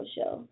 Show